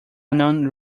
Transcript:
unknown